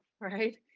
right